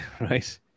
right